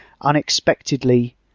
unexpectedly